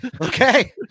okay